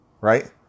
right